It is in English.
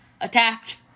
attacked